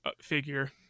figure